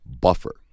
Buffer